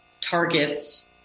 targets